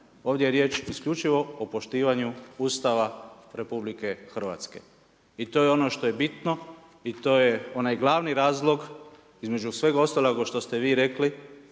ovdje je riječ isključivo o poštivanju Ustava RH. I to je ono što je bitno i to je onaj glavni razlog između svega ostaloga što ste vi rekli